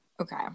Okay